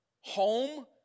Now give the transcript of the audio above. home